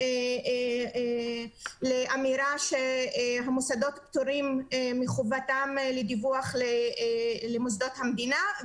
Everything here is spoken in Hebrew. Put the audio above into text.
לאמירה שהמוסדות פטורים מחובתם לדיווח למוסדות המדינה.